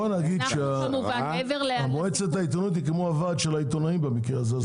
בוא נגיד שמועצות העיתונות היא כמו הוועד של העיתונאים במקרה הזה.